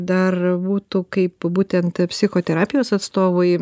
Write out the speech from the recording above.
dar būtų kaip būtent psichoterapijos atstovui